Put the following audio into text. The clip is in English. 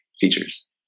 features